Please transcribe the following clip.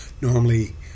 Normally